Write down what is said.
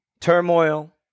turmoil